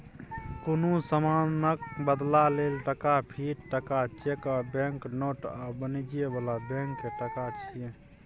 कुनु समानक बदला लेल टका, फिएट टका, चैक आ बैंक नोट आ वाणिज्य बला बैंक के टका छिये